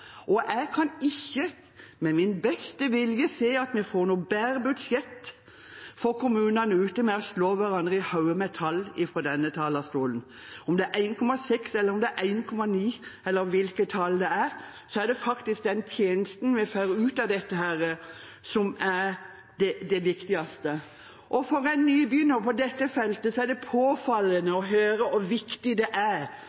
Jeg kan ikke med min beste vilje se at vi får noe bedre budsjett for kommunene med å slå hverandre i hodet med tall fra denne talerstolen – om det er en 1,6, eller 1,9, eller hvilket tall det er. Det er faktisk den tjenesten vi får ut av dette, som er det viktigste. For en nybegynner på dette feltet er det påfallende